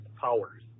Powers